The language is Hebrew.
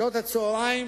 בשעות הצהריים